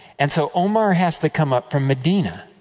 and so, omar has to come up from medina.